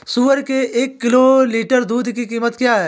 सुअर के एक लीटर दूध की कीमत क्या है?